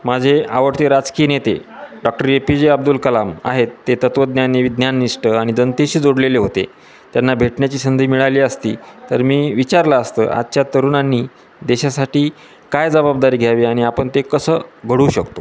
माझे आवडते राजकीय नेते doctor A P J Abdul Kalam आहेत ते तत्वज्ञानी विज्ञाननिष्ट आणि जनतेशी जोडलेले होते त्यांना भेटण्याची संधी मिळाली असती तर मी विचारला असतं आजच्या तरुणांनी देशासाठी काय जबाबदारी घ्यावी आणि आपण ते कसं घडवू शकतो